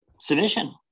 submission